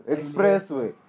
Expressway